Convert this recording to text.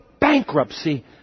bankruptcy